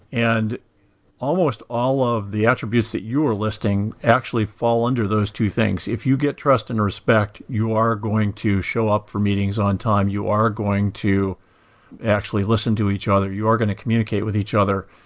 and almost all of the attributes that you are listing actually fall under those two things. if you get trust and respect, you are going to show up for meetings on time, you are going to actually listen to each other, you are going to communicate with each other.